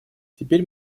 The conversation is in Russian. теперь